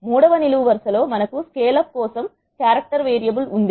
3 వ నిలువ వరుస లో మనకు స్కేల్ అప్ కోసం క్యారెక్టర్ వేరియబుల్ ఉంది